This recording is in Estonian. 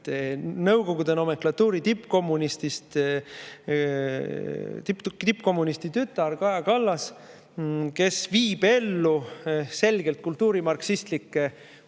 Nõukogude nomenklatuuri tippkommunisti tütar Kaja Kallas, kes viib ellu selgelt kultuurimarksistlikke